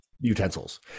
utensils